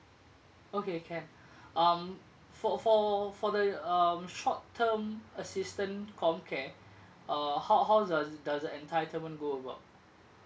okay can um for for for the um short term assistant COMCARE uh how how does does the entitlement go about